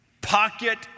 pocket